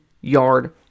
yard